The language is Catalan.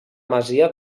masia